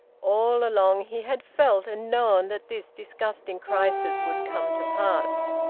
all along he had felt and known that this disgusting crisis would come to pass.